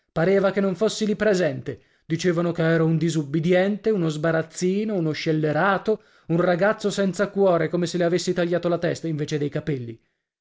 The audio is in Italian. pareva che non fossi lì presente dicevano che ero un disubbidiente uno sbarazzino uno scellerato un ragazzo senza cuore come se le avessi tagliato la testa invece dei capelli